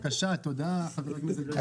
תודה חבר הכנסת בגין.